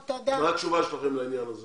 מה התשובה שלכם לעניין הזה